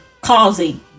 causing